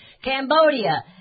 Cambodia